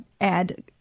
add